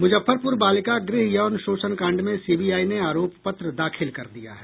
मुजफ्फरपुर बालिका गृह यौन शोषण कांड में सीबीआई ने आरोप पत्र दाखिल कर दिया है